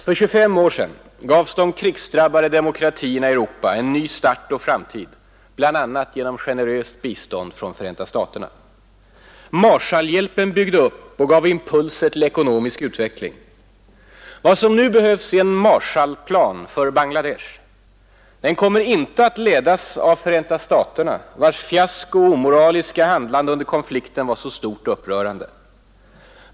För 25 år sedan gavs de krigsdrabbade demokratierna i Europa en ny start och framtid bl.a. genom generöst bistånd från Förenta staterna. Marshallhjälpen byggde upp och gav impulser till ekonomisk utveckling. Vad som nu behövs är en Marshallplan för Bangladesh. Den kommer inte att ledas av Förenta staterna, vars fiasko och omoraliska handlande under konflikten var så stort och upprörande.